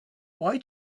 why